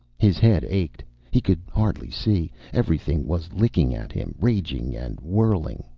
his head ached. he could hardly see. everything was licking at him, raging and whirling.